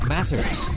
Matters